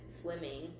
swimming